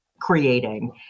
creating